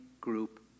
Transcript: group